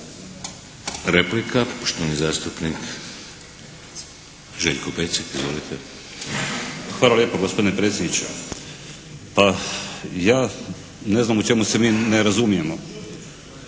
Hvala lijepa gospodine predsjedniče. Pa ja ne znam u čemu se mi ne razumijemo.